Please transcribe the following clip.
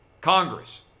Congress